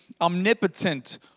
omnipotent